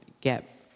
get